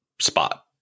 spot